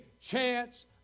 chance